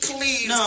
Please